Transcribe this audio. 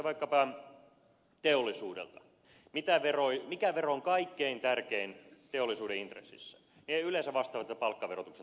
jos te kysytte vaikkapa teollisuudelta mikä vero on kaikkein tärkein teollisuuden int resseissä he yleensä vastaavat että palkkaverotuksen tulevaisuus on kaikkein tärkein